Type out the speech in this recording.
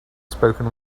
spoken